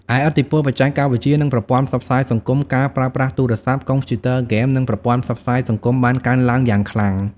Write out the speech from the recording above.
ឯឥទ្ធិពលបច្ចេកវិទ្យា និងប្រព័ន្ធផ្សព្វផ្សាយសង្គម ការប្រើប្រាស់ទូរស័ព្ទ កុំព្យូទ័រ ហ្គេម និងប្រព័ន្ធផ្សព្វផ្សាយសង្គមបានកើនឡើងយ៉ាងខ្លាំង ។